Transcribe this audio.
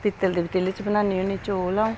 पित्तल दे पतीले च बनाने होन्नी चौल अ'ऊं